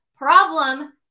problem